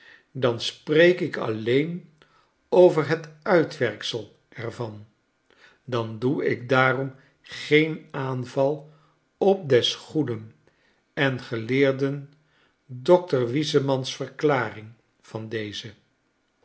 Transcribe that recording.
dan spreek ik alleen over het uitwerksel er van dan doe ik daarom geen aanval op des goeden en geleerden dr wiseman's verklaring van deze